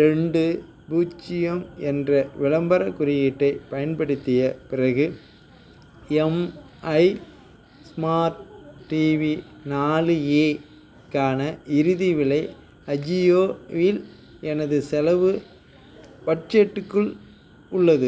ரெண்டு பூஜ்ஜியம் என்ற விளம்பரக் குறியீட்டைப் பயன்படுத்திய பிறகு எம்ஐ ஸ்மார்ட் டிவி நாலு ஏக்கான இறுதி விலை அஜியோவில் எனது செலவு பட்ஜெட்டுக்குள் உள்ளது